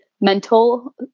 mental